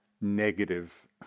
negative